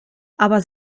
aber